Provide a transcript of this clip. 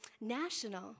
national